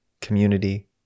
community